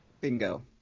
Bingo